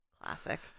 Classic